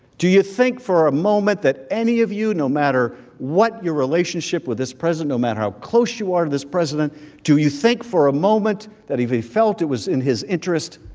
do you think for a moment that any of you, no matter what your relationship with this president, no matter how close you are to this president do you think for a moment that if he felt it was in his interest,